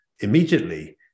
immediately